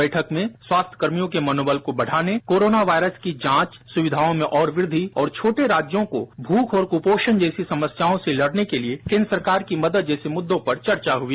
बैठक में स्वास्थ्यकर्मियों के मनोबल को बढ़ाने कोरोना वायरस की जांच सुविधाओं में और वृद्धि और छोटे राज्यों को भूख और कुपोषण जैसी समस्याओं से लड़ने के लिए केन्द्र सरकार की मदद जैसे मुद्दों पर चर्चा हुई